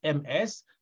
MS